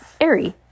airy